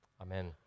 Amen